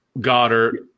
Goddard